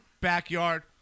Backyard